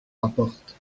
rapporte